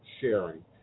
sharing